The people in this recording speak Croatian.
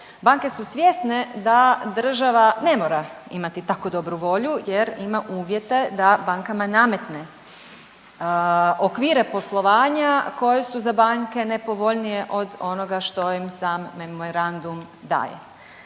banke su svjesne da država ne mora imati tako dobru volju jer ima uvjere da bankama nametne okvire poslovanja koje su za banke nepovoljnije od onoga što im sam memorandum daje.